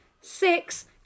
Six